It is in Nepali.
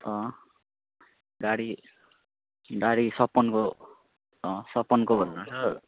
अँ गाडी गाडी सप्पनको अँ सप्पनको भन्नुपर्छ